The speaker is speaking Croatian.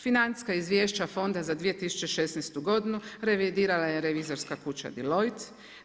Financijska izvješća fonda za 2016. godinu revidirala je revizorska kuća Deloitte.